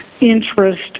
interest